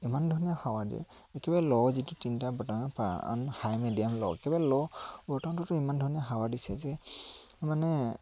ইমান ধুনীয়া হাৱা দিয়ে একেবাৰে ল' যিটো তিনিটা বটন হাই মেডিয়াম ল' একেবাৰে ল' বটনটোতো ইমান ধুনীয়া হাৱা দিছে যে মানে